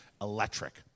electric